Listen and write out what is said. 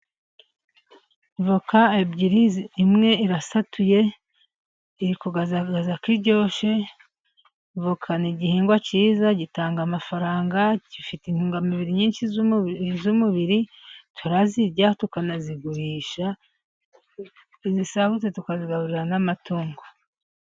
Voka ebyiri, imwe irasatuye iri kugaragaza ko ziryoshye; voka ni igihingwa cyiza gitanga amafaranga gifite intungamubiri nyinshi z'umubiri turazirya, tukanazigurisha, izisagutse tukazigaburira n'amatungo.